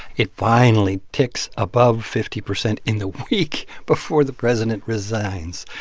it finally ticks above fifty percent in the week before the president resigns.